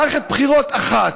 מערכת בחירות אחת,